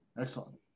Excellent